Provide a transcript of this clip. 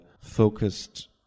focused